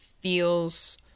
feels